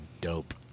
dope